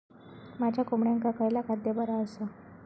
माझ्या कोंबड्यांका खयला खाद्य बरा आसा?